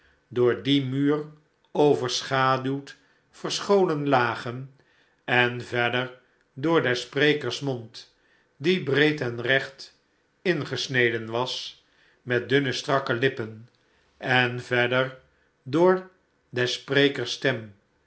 door dien muur overschaduwd verscholen lagen en verder door des sprekers mond die breed en recht ingesneden was met dunne strakke lippen en verder door des sprekers stem